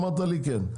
אתה אמרת לי שכן.